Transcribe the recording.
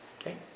Okay